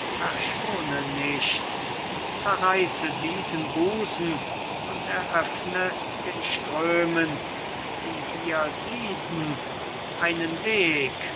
verschone nicht zerreiße diesen busen und eröffne den strömen die hier sieden einen weg